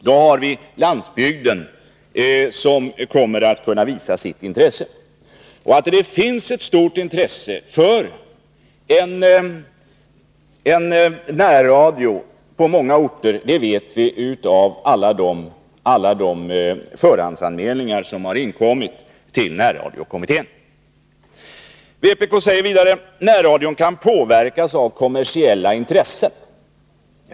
Då kommer också landsbygden att kunna visa sitt intresse. Att det finns ett stort intresse för en närradio på många orter vet vi genom alla de förhandsanmälningar som har inkommit till närradiokommittén. Vpk säger vidare: Närradion kan påverkas av kommersiella intressen.